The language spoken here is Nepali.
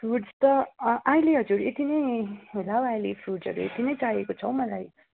फ्रुट्स त अहिले हजुर यति नै होला हौ अहिले फ्रुट्सहरू यति नै चाहिएको छ हौ मलाई